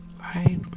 Right